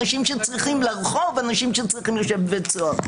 שלחו לרחוב אנשים שצריכים לשבת בבית סוהר.